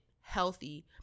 healthy